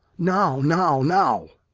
now, now, now!